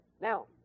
Now